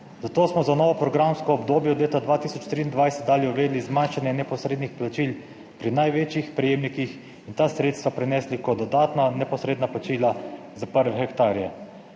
Zato smo za novo programsko obdobje od leta 2023 dalje uvedli zmanjšanje neposrednih plačil pri največjih prejemnikih in ta sredstva prenesli kot dodatna neposredna plačila za prve hektarje.